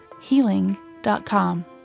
healing.com